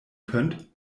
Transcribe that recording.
könnt